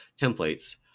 templates